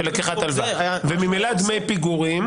של לקיחת הלוואה, וממילא דמי פיגורים